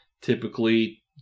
typically